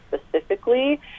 specifically